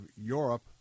Europe